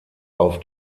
auf